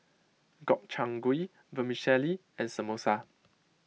Gobchang Gui Vermicelli and Samosa